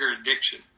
addiction